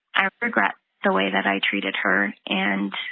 i regret the way that i treated her and